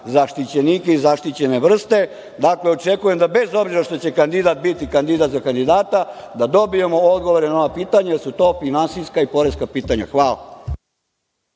zaštićenika i zaštićene vrste. Dakle, očekujem da, bez obzira što će kandidat biti kandidat za kandidata, dobijemo odgovore na ova pitanja, jer su to finansijska i poreska pitanja. Hvala.